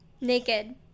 naked